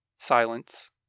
Silence